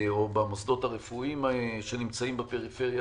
או במוסדות הרפואיים שנמצאים בפריפריה,